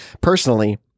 personally